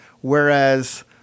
whereas